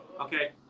okay